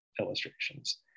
illustrations